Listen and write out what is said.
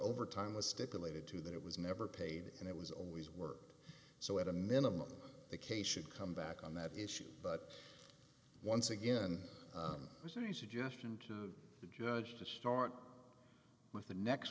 over time was stipulated to that it was never paid and it was always worked so at a minimum the case should come back on that issue but once again there's any suggestion to the judge to start with the next